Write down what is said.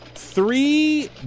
three